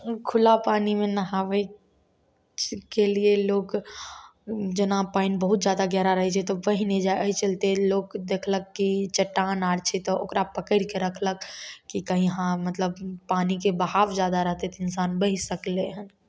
खुला पानिमे नहाबैके लिए लोक जेना पानि बहुत जादा गहरा रहै छै तऽ पहिने एहि चलिते लोक देखलक कि चट्टान आर छै तऽ ओकरा पकड़िके रखलक कि कहीँ हाँ मतलब पानिके बहाव जादा रहतै तऽ इन्सान बहि सकलै हँ